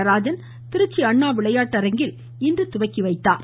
நடராஜன் திருச்சி அண்ணா விளையாட்டரங்கில் இன்று தொடங்கி வைத்தார்